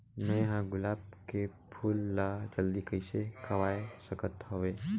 मैं ह गुलाब के फूल ला जल्दी कइसे खवाय सकथ हवे?